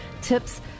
tips